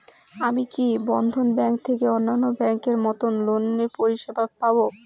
আমি কি বন্ধন ব্যাংক থেকে অন্যান্য ব্যাংক এর মতন লোনের পরিসেবা পাব?